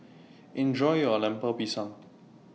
Enjoy your Lemper Pisang